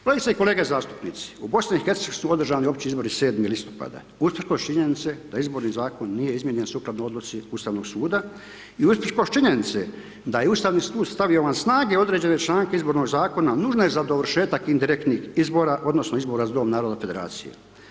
Kolegice i kolege zastupnici, u BiH-u su održani opći izbori 7. listopada usprkos činjenice da Izborni zakon nije izmijenjen sukladno odluci Ustavnog suda i usprkos činjenice da je Ustavni sud stavio van snage određene članke Izbornog zakona, nužne za dovršetak indirektnih izbora odnosno izbora za Dom naroda federacije.